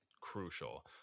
crucial